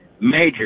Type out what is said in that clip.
Major